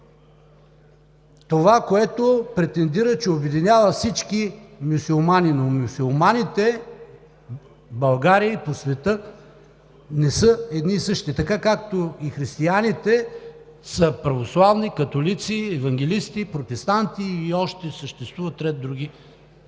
това, което претендира, че обединява всички мюсюлмани. Но мюсюлманите в България и по света не са едни и същи, така както и християните са православни, католици, евангелисти, протестанти, съществуват и още ред други